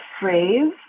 phrase